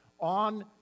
on